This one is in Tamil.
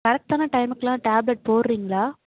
கரெக்ட்டான டைமுக்கலாம் டேப்லெட் போடுகிறிங்ளா